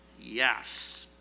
Yes